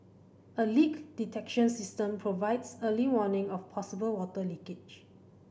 a leak detection system provides early warning of possible water leakage